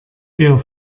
eher